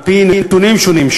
על-פי נתונים שונים,